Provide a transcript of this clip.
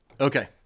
Okay